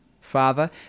father